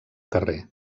carrer